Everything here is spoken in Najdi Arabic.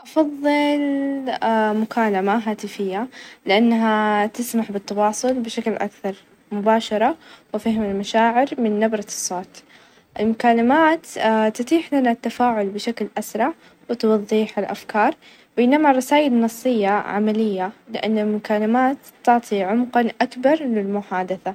أفظل أقرأ كتاب جيد؛ لإنه يمنحني فرصة تعمق في القصة، وتخيل الشخصيات، والأحداث بشكل أكبر، القراية تعزز خيالي، وتسمح لي بالتفكير في الأفكار بعمق، بينما لما أشاهد فيلم ممتع، لكن الكتابة يتيح لي تجربة أكثر خصوصية.